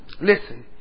Listen